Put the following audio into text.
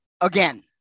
again